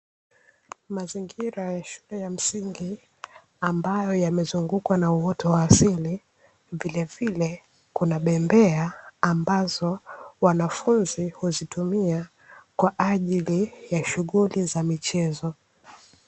Mazingira ya shule ya msingi ambayo yamezungukwa na uoto wa asili. Vilevile kuna bembea ambazo wanafunzi huzitumia, kwa ajili ya shughuli za michezo